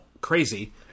crazy